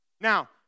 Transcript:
Now